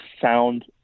sound